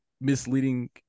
misleading